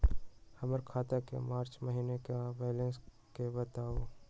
हमर खाता के मार्च महीने के बैलेंस के बताऊ?